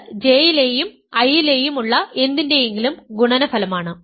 ഇത് J ലെയും I ലെയും ഉള്ള എന്തിൻറെയെങ്കിലും ഗുണനഫലമാണ്